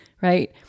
right